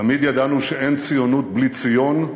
תמיד ידענו שאין ציונות בלי ציון,